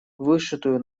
вышитую